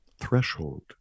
threshold